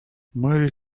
merry